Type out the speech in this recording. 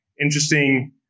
interesting